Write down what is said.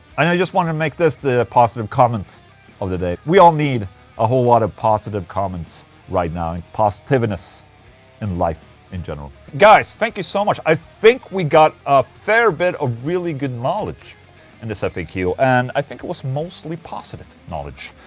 and i just wanted to make this the positive comment of the day we all need a whole lot of positive comments right now and positiveness in life in general guys, thank you so much i think we got a fair bit of really good knowledge in and this ah faq and i think it was mostly positive knowledge.